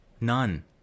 None